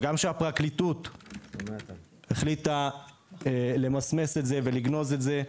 וגם הפרקליטות החליטה למסמס ולגנוז את זה,